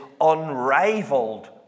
unrivaled